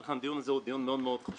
אז לכן הדיון הזה הוא דיון מאוד מאוד חשוב.